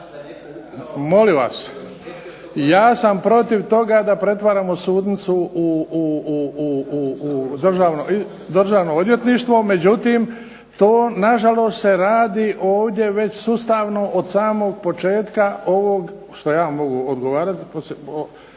ja sam protiv toga da pretvaramo sudnicu u državno odvjetništvo, međutim to na žalost se radi ovdje već sustavno od samog početka ovog što ja mogu odgovarati